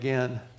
Again